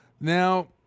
Now